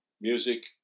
music